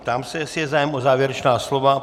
Ptám se, jestli je zájem o závěrečná slova.